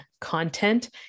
content